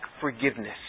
forgiveness